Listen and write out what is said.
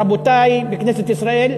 רבותי בכנסת ישראל,